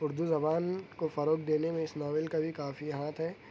اردو زبان کو فروغ دینے میں اس ناول کا کافی ہاتھ ہے